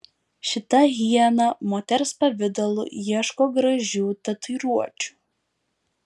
šita hiena moters pavidalu ieško gražių tatuiruočių